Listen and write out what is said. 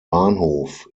bahnhof